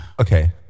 okay